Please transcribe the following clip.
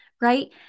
right